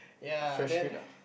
ya then